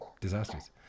disasters